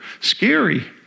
scary